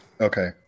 Okay